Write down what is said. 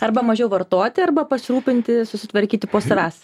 arba mažiau vartoti arba pasirūpinti susitvarkyti po savęs